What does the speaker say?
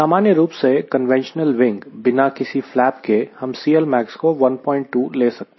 सामान्य रूप से कन्वेंशनल विंग बिना किसी फ्लैप के हम CLmax को 12 ले सकते हैं